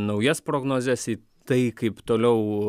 naujas prognozes į tai kaip toliau